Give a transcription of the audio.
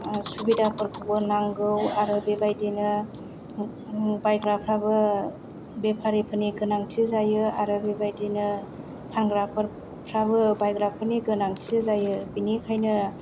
सुबिदाफोरखौबो नांगौ आरो बेबायदिनो बायग्राफ्राबो बेफारिफोरनि गोनांथि जायो आरो बेबायदिनो फानग्राफ्राबो बायग्राफोरनि गोनांथि जायो बेनिखायनो